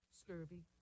scurvy